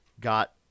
got